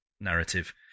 narrative